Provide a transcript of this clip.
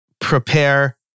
prepare